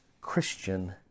Christian